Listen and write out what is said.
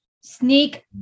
sneak